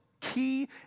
key